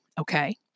Okay